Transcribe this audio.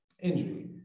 injury